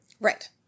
Right